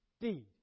deed